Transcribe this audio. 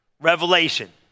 Revelation